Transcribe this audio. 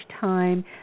time